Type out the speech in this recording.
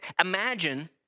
imagine